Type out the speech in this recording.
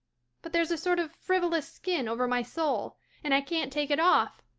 but there's a sort of frivolous skin over my soul and i can't take it off.